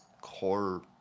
core